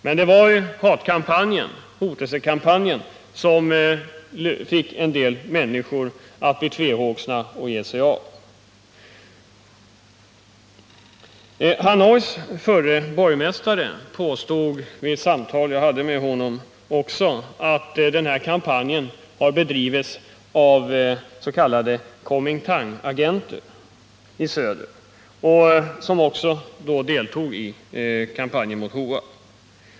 Men det var hotelsekampanjen som fick en del människor att bli tvehågsna och ge sig av. Hanois förre borgmästare påstod också vid samtal som jag hade med honom att den här kampanjen hade bedrivits av s.k. Kuomintangagenter i söder som deltog i kampanjen mot Hoa.